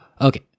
Okay